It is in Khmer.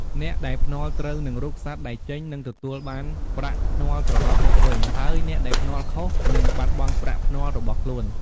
អ្នកដែលភ្នាល់ត្រូវនឹងរូបសត្វដែលចេញនឹងទទួលបានប្រាក់ភ្នាល់ត្រឡប់មកវិញហើយអ្នកដែលភ្នាល់ខុស នឹងបាត់បង់ប្រាក់ភ្នាល់របស់ខ្លួន។